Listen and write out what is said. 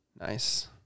Nice